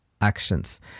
actions